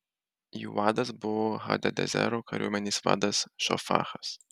jų vadas buvo hadadezero kariuomenės vadas šofachas